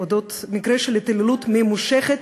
על מקרה של התעללות ממושכת